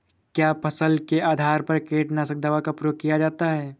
क्या फसल के आधार पर कीटनाशक दवा का प्रयोग किया जाता है?